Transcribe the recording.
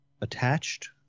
attached